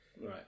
Right